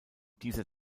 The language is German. dieser